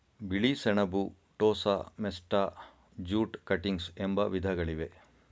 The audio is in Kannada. ಬಿಳಿ ಸೆಣಬು, ಟೋಸ, ಮೆಸ್ಟಾ, ಜೂಟ್ ಕಟಿಂಗ್ಸ್ ಎಂಬ ವಿಧಗಳಿವೆ